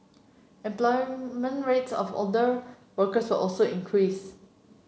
employment rates of older workers also increase